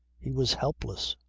he was helpless.